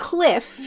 Cliff